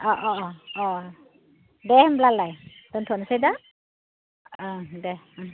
अ अ अ अ दे होनब्लालाय दोन्थ'नोसै दे औ देह